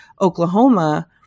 Oklahoma